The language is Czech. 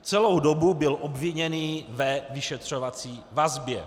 Celou dobu byl obviněný ve vyšetřovací vazbě.